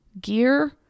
gear